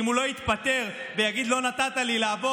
אם הוא לא יתפטר ויגיד: לא נתת לי לעבוד,